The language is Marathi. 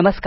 नमस्कार